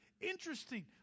Interesting